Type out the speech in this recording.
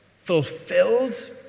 fulfilled